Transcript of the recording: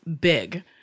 big